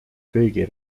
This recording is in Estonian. kõigi